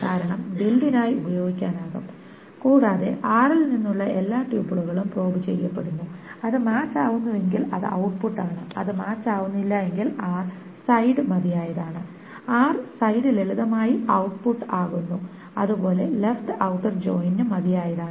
കാരണം ബിൽഡിനായി s ഉപയോഗിക്കാനാകും കൂടാതെ r ൽ നിന്നുള്ള എല്ലാ ട്യൂപ്പിളുകളും പ്രോബ് ചെയ്യപ്പെടുന്നു അത് മാച്ച് ആവുന്നു എങ്കിൽ അത് ഔട്ട്പുട്ട് ആണ് അത് മാച്ച് ആവുന്നില്ലെങ്കിലും r സൈഡ് മതിയായതാണ് r സൈഡ് ലളിതമായി ഔട്ട്പുട്ട് ആകുന്നു ഇതെല്ലാം ലെഫ്റ് ഔട്ടർ ജോയിനിന് മതിയായതാണ്